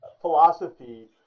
philosophy